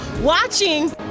watching